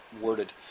worded